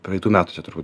praeitų metų čia turbūt